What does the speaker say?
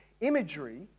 imagery